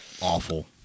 awful